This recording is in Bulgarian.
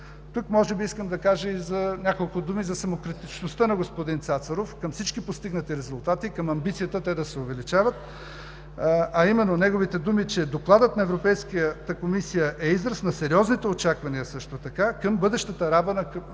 Тук искам да кажа и няколко думи за самокритичността на господин Цацаров към всички постигнати резултати и към амбицията те да се увеличават, а именно неговите думи, че Докладът на Европейската комисия също така е израз на сериозните очаквания към бъдещата работа на